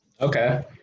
okay